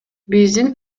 биздин